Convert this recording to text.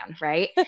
Right